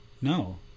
No